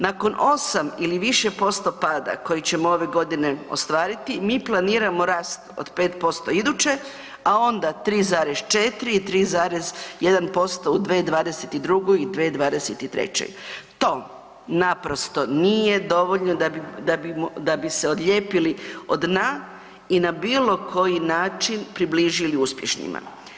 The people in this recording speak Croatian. Nakon osam ili više posto pada koji ćemo ove godine ostvariti, mi planiramo rast od 5% iduće, a onda 3,4 i 3,1% u 2022. i 2023., to naprosto nije dovoljno da bi se odlijepili od dna i na bilo koji način približili uspješnima.